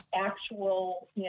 actual